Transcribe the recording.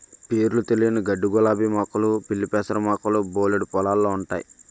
పేరులు తెలియని గడ్డిగులాబీ మొక్కలు పిల్లిపెసర మొక్కలు బోలెడు పొలాల్లో ఉంటయి